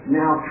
now